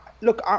Look